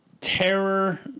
terror